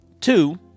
Two